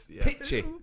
pitchy